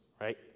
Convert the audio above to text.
right